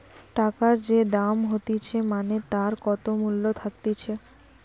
টাকার যে দাম হতিছে মানে তার কত মূল্য থাকতিছে